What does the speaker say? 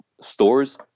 stores